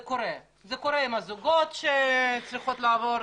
זה קורה זה קורה עם הזוגות שצריכים לעבור